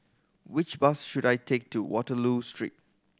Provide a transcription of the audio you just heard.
which bus should I take to Waterloo Street